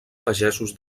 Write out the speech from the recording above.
pagesos